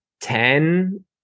ten